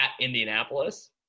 Indianapolis